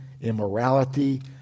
immorality